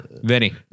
Vinny